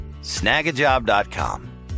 snagajob.com